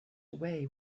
away